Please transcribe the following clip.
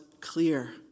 clear